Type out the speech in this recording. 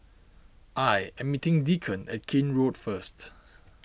I am meeting Deacon at Keene Road first